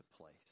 place